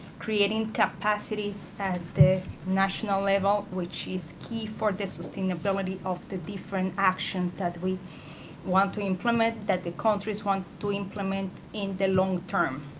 creating capacities at the national level, which is key for the sustainability of the different actions that we want to implement, that the countries want to implement in the long term.